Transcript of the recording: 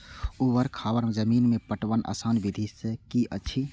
ऊवर खावर जमीन में पटवनक आसान विधि की अछि?